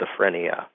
schizophrenia